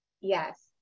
Yes